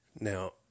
Now